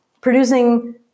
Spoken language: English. producing